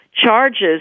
charges